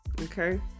Okay